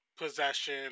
possession